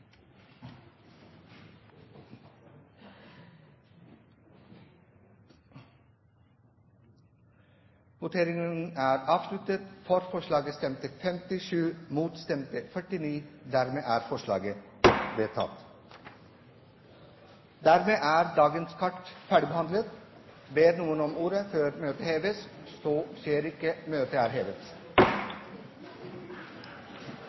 Dermed er dagens kart ferdigbehandlet. Ber noen om ordet før møtet heves? – Møtet er hevet.